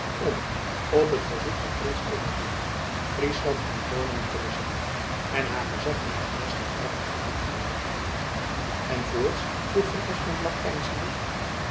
om op het verzoek van princes albertina friesland en groningen te bezetten en haar gezach in die gewesten krachtig te handhaven en voorts vroeg van espenblad